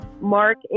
Mark